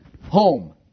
home